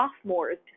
sophomores